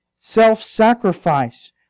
self-sacrifice